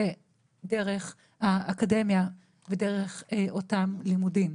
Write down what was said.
זה דרך האקדמיה ודרך אותם לימודים.